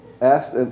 asked